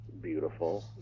beautiful